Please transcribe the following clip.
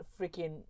freaking